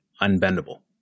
unbendable